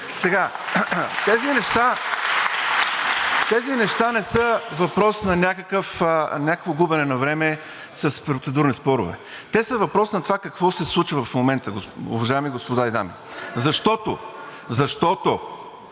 Тези неща не са въпрос на някакво губене на време с процедурни спорове. Те са въпрос на това какво се случва в момента, уважаеми господа и дами, защото